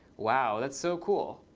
wow. that's so cool.